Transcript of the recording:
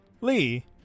Lee